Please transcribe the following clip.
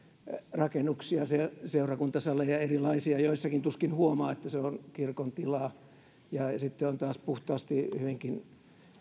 rakennuksia seurakuntasaleja erilaisia joissakin tuskin huomaa että se on kirkon tilaa ja sitten on taas puhtaasti hyvinkin